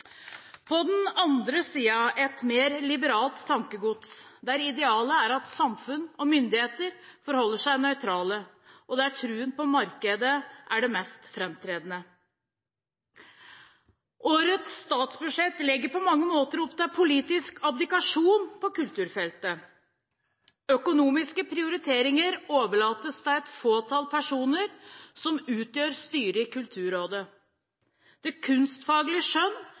På den andre siden dreier det seg om et mer liberalt tankegods, der idealet er at samfunn og myndigheter forholder seg nøytrale, og der troen på markedet er det mest framtredende. Årets statsbudsjett legger på mange måter opp til politisk abdikasjon på kulturfeltet. Økonomiske prioriteringer overlates til et fåtall personer som utgjør styret i Kulturrådet. Det kunstfaglige skjønn